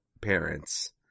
parents